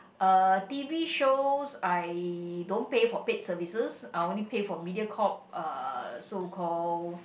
uh t_v shows I don't pay for paid services I only pay for Mediacorp uh so called